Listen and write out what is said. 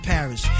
Paris